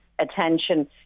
Attention